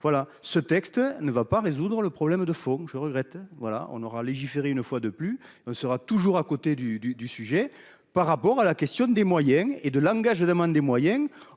Voilà, ce texte ne va pas résoudre le problème de fond. Je regrette. Voilà on aura légiférer une fois de plus on sera toujours à côté du du du sujet par rapport à la question des moyens et de langage demande des moyens